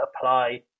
apply